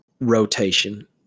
rotation